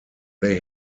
they